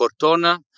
Cortona